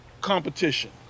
competition